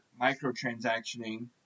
microtransactioning